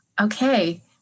okay